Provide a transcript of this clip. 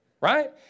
right